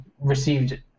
received